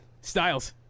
Styles